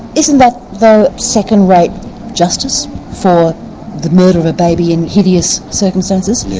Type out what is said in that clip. isn't that though second-rate justice for the murder of a baby in hideous circumstances?